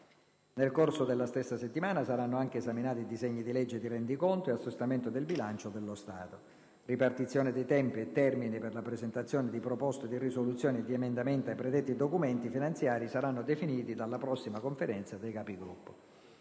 Nel corso della stessa settimana saranno anche esaminati i disegni di legge di rendiconto e assestamento del bilancio dello Stato. Ripartizione dei tempi e termini per la presentazione di proposte di risoluzione e di emendamenti ai predetti documenti finanziari saranno definiti dalla prossima Conferenza dei Capigruppo.